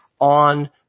on